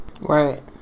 Right